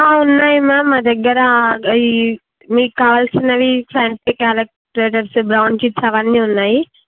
ఉన్నాయి మ్యామ్ మా దగ్గర ఈ మీకు కావాల్సినవి సైంటిఫిక్ క్యాలికులేటర్స్ బ్రౌన్ షీట్స్ అవన్నీ ఉన్నాయి